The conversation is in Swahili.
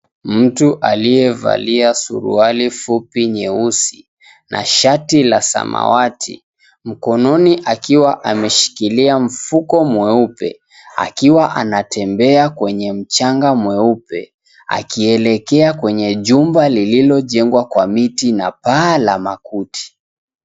Mtu aliyevalia suruali fupi nyeusi, na shati la samawati, mkononi akiwa ameshikilia mfuko mweupe akiwa anatembea kwenye mchanga mweupe, akielekea kwenye jumba lililojengwa kwa miti na paa la makuti.